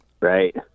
Right